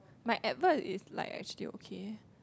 my advert is like actually okay